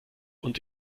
und